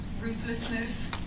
ruthlessness